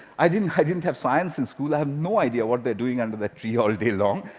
i didn't i didn't have science in school. i have no idea what they're doing under that tree all day long.